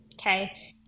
okay